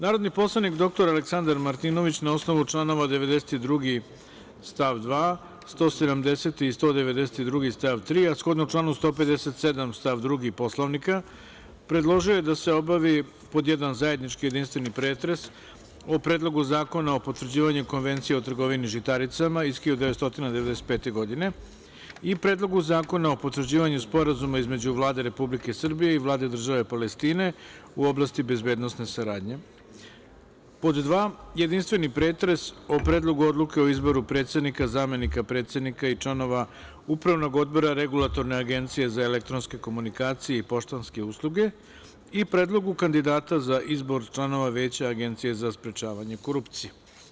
Narodni poslanik dr Aleksandar Martinović, na osnovu članova 92. stav 2, 170. i 192. stav 3, a shodno članu 157. stav 2. Poslovnika, predložio je da se obavi; pod jedan, zajednički jedinstveni pretres o: Predlogu zakona o potvrđivanju Konvencije o trgovini žitaricama iz 1995. godine i Predlogu zakona o potvrđivanju Sporazuma između Vlade Republike Srbije i Vlade Države Palestine u oblasti bezbednosne saradnje; pod dva, zajednički jedinstveni pretres o: Predlogu odluke o izboru predsednika, zamenika predsednika i članova Upravnog odbora Regulatorne agencije za elektronske komunikacije i poštanske usluge i Predlogu kandidata za izbor članova Veća Agencije za sprečavanje korupcije.